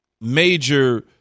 major